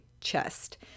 chest